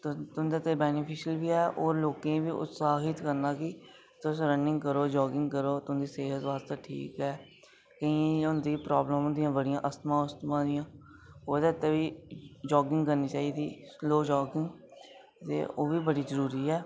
तुं'दे ताईं बैनिफिशियल बी ऐ और लोकें गी बी उत्साहित करना कि तुस रनिंग करो जागिंग करो तुं'दी सेहत वास्तै ठीक ऐ केइयें गी होंदी प्राब्लमां होंदियां बड़ियां अस्थमां अस्थुमां दियां ओह्दे तै बी जागिंग करनी चाहिदी स्लो जागिंग ते ओह् बी बड़ी जरूरी ऐ